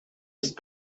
ist